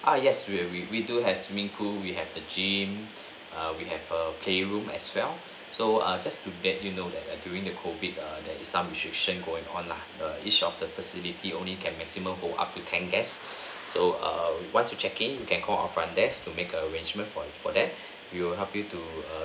ah yes we uh we we do have swimming pool we have the gym err we have a playroom as well so uh just to let you know that err during the COVID err there is some restriction going on lah each of the facility only can maximum hold up to ten guests so err once you check in you can call our front desk to make arrangement for you for that we will help you to err